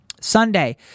Sunday